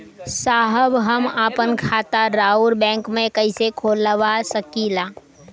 साहब हम आपन खाता राउर बैंक में कैसे खोलवा सकीला?